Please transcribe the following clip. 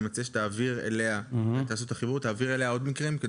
אני מציע שתעביר אליה עוד מקרים.